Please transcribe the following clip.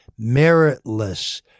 meritless